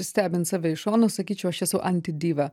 stebint save iš šono sakyčiau aš esu anti diva